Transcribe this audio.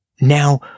Now